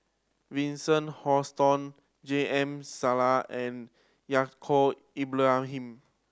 Vincent Hoisington J M Sali and Yaacob Ibrahim